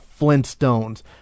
flintstones